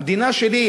המדינה שלי,